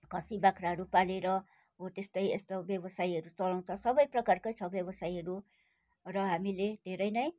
खसी बाख्राहरू पालेर हो त्यस्तै यस्तो व्यवसायहरू चलाउँछ सबै प्रकारकै छ व्यवसायहरू र हामीले धेरै नै